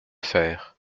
faire